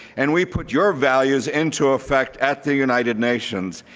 and we put your values into effect at the united nations.